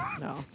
no